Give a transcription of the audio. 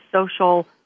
social